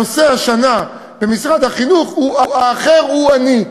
השנה משרד החינוך קבע את הנושא השנתי: האחר הוא אני.